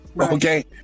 Okay